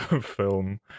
film